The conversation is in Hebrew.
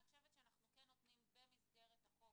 אני חושבת שאנחנו כן נותנים במסגרת החוק,